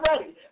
ready